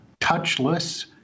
touchless